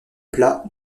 plat